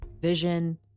vision